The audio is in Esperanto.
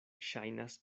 ŝajnas